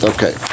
Okay